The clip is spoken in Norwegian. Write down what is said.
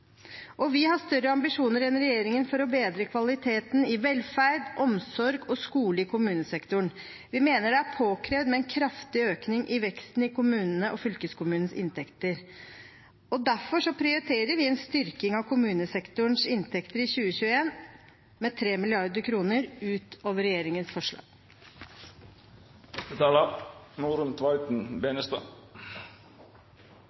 Vi har større ambisjoner enn regjeringen for å bedre kvaliteten i velferd, omsorg og skole i kommunesektoren. Vi mener det er påkrevd med en kraftig økning i veksten i kommunenes og fylkeskommunenes inntekter. Derfor prioriterer vi en styrking av kommunesektorens inntekter i 2021 med 3 mrd. kr utover regjeringens forslag.